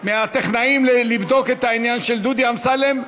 מהטכנאים לבדוק את העניין של דודי אמסלם.